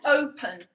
open